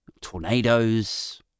tornadoes